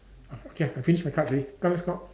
uh okay ah I finish my cards already come let's go